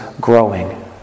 growing